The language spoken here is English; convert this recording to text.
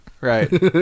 right